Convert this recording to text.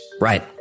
Right